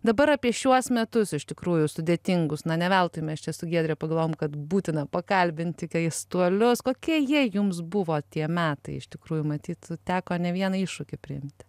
dabar apie šiuos metus iš tikrųjų sudėtingus na ne veltui mes čia su giedre pagalvojom kad būtina pakalbinti keistuolius kokie jie jums buvo tie metai iš tikrųjų matyt teko ne vieną iššūkį priimti